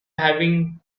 having